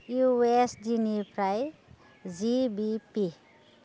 U एस डि निफ्राय जिबिपि